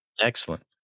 excellent